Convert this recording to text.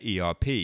ERP